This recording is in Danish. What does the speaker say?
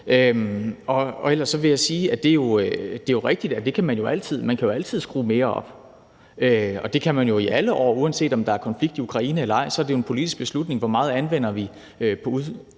Ellers vil jeg sige, at det jo er rigtigt, at man altid kan skrue mere op, og det kan man jo gøre i alle år. Uanset om der er en konflikt i Ukraine eller ej, er det jo en politisk beslutning, hvor meget vi anvender på udviklingsbistand.